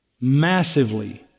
massively